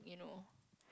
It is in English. you know